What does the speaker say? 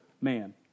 man